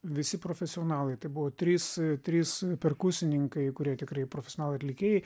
visi profesionalai tai buvo trys trys perkusininkai kurie tikrai profesionalai atlikėjai